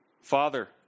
Father